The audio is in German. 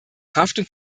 haftung